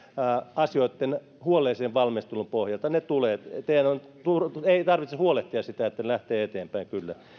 asioitten huolellisen valmistelun pohjalta ne tulevat teidän ei tarvitse huolehtia siitä ne lähtevät eteenpäin kyllä